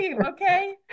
okay